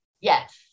Yes